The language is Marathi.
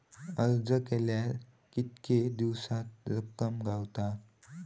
अर्ज केल्यार कीतके दिवसात रक्कम गावता?